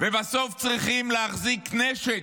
ובסוף צריכים להחזיק נשק,